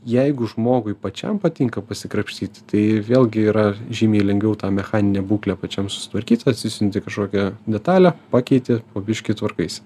jeigu žmogui pačiam patinka pasikrapštyti tai vėlgi yra žymiai lengviau tą mechaninę būklę pačiam susitvarkyt atsisiunti kažkokią detalę pakeiti po biškį tvarkaisi